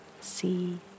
see